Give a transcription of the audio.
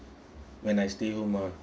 when I stay home ah